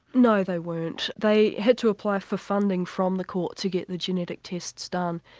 no, they weren't. they had to apply for funding from the court to get the genetic tests done,